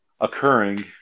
occurring